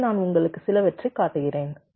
எனவே நான் உங்களுக்கு சிலவற்றைக் காட்டுகிறேன்